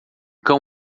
cão